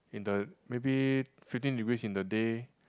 in the maybe fifteen degrees in the day